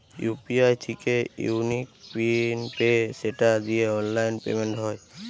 UPI থিকে unique PIN পেয়ে সেটা দিয়ে অনলাইন পেমেন্ট হয়